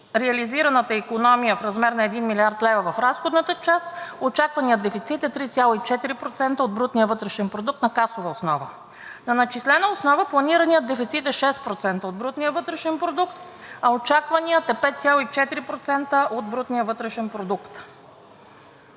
реализираната икономия в размер на 1 млрд. лв. в разходната част, очакваният дефицит е 3,4% от брутния вътрешен продукт на касова основа. На начислена основа планираният дефицит е 6% от брутния вътрешен продукт, а очакваният е 5,4% от брутния вътрешен продукт.